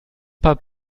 pas